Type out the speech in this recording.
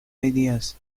ideals